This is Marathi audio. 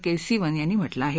कासिवन यांनी म्हटलं आह